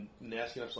nasty